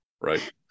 right